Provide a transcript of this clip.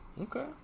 Okay